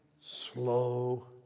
slow